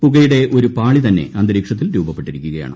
പുകയുടെ ഒരു പാളി തന്നെ അന്തരീക്ഷത്തിൽ രൂപപ്പെട്ടിരിക്കുകയാണ്